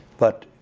but